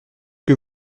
que